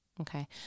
Okay